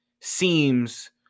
seems